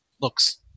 looks